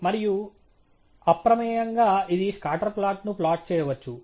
మరియు అప్రమేయంగా ఇది స్కాటర్ ప్లాట్ను ప్లాట్ చేయవచ్చు